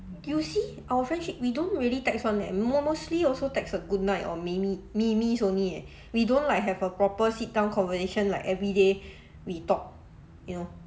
you see our friendship we don't really text [one] eh mostly also text a good night or meme memes only eh we don't like have a proper sit down conversation like everyday we talk you know